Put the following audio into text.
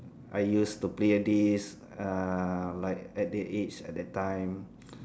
I used to play this uh like at the age at that time